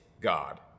God